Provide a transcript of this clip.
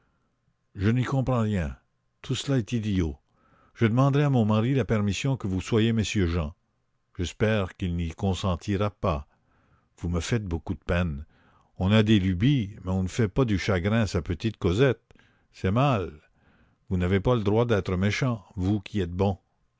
je n'y comprends rien tout cela est idiot je demanderai à mon mari la permission que vous soyez monsieur jean j'espère qu'il n'y consentira pas vous me faites beaucoup de peine on a des lubies mais on ne fait pas du chagrin à sa petite cosette c'est mal vous n'avez pas le droit d'être méchant vous qui êtes bon